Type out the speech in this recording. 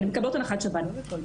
שב"ן.